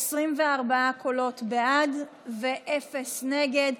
24 קולות בעד ואפס נגד.